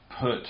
put